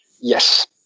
Yes